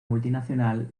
multinacional